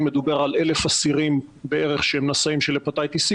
מדובר על 1,000 אסירים בערך שהם נשאים של הפטיטיס סי,